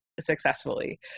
successfully